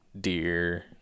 deer